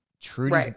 Trudy